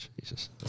Jesus